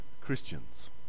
Christians